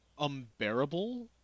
unbearable